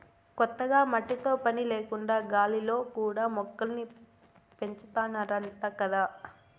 కొత్తగా మట్టితో పని లేకుండా గాలిలో కూడా మొక్కల్ని పెంచాతన్నారంట గదా